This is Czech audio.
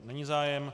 Není zájem.